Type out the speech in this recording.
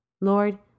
Lord